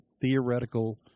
theoretical